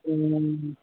हूँ